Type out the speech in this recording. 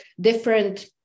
different